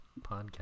Podcast